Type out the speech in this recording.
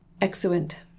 Excellent